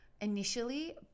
initially